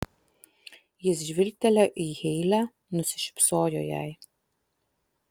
jis žvilgtelėjo į heile nusišypsojo jai